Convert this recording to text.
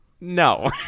No